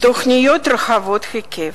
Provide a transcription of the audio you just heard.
ותוכניות רחבות היקף.